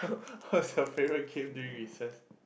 what is your favourite game during recess